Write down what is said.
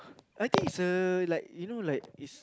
I think it's a like you know like it's